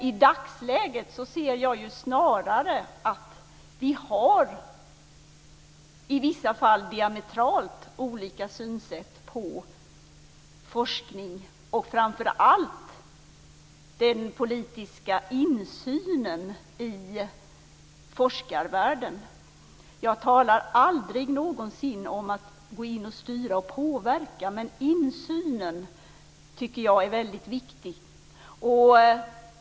I dagsläget ser jag snarare att vi i vissa fall har diametralt olika synsätt på forskningen och framför allt på den politiska insynen i forskarvärlden. Jag talar aldrig någonsin om att gå in och styra och påverka, men insynen är väldigt viktig.